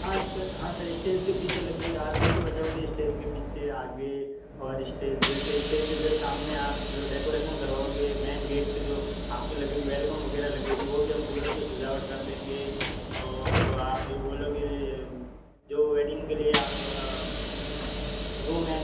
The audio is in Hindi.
हाँ सर हाँ सर स्टेज के पीछे लग जाएगा आप जैसे बताओगे स्टेज के पीछे आगे और स्टेज जैसे स्टेज के जैसे सामने आप जो डेकोरेशन करवाओगे मेन गैट से जो आप के वेलकम वग़ैरह लगेगी वो भी हम फूलों से सजावट कर देंगे और तो आप जो बोलोगे जो वैडिंग के लिए आप रूम